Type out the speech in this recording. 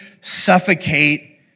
suffocate